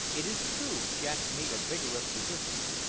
it is true jack made a vigorous resistance,